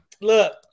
Look